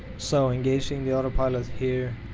so engaging the autopilot here.